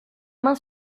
main